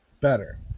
better